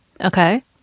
Okay